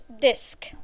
disc